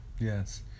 Yes